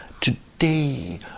today